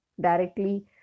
directly